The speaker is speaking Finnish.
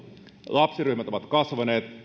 lapsiryhmät ovat kasvaneet